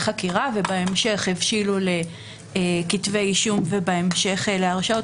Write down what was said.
חקירה ובהמשך הבשילו לכתבי אישום ובהמשך להרשעות.